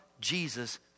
Jesus